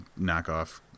knockoff